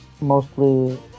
mostly